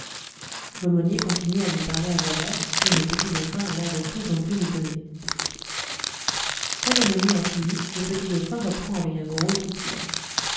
l'aumônier continue à lui parler à voix basse et le petit dauphin a l'air de plus en plus étonné quand l'aumônier a fini le petit dauphin reprend avec un gros soupir